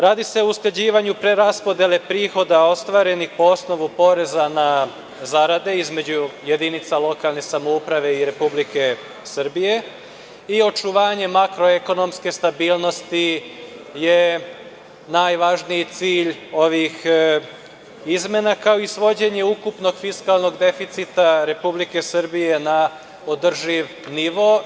Radi se o usklađivanju preraspodele prihoda ostvarenih po osnovu poreza na zarade između jedinica lokalne samouprave i Republike Srbije i očuvanje makroekonomske stabilnosti je najvažniji cilj ovih izmena, kao i svođenje ukupnog fiskalnog deficita Republike Srbije na održiv nivo.